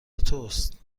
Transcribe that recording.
توست